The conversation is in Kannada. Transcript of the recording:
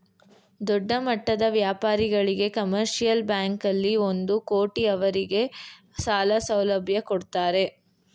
ದೊಡ್ಡಮಟ್ಟದ ವ್ಯಾಪಾರಿಗಳಿಗೆ ಕಮರ್ಷಿಯಲ್ ಬ್ಯಾಂಕಲ್ಲಿ ಒಂದು ಕೋಟಿ ಅವರಿಗೆ ಸಾಲ ಸೌಲಭ್ಯ ಕೊಡ್ತಾರೆ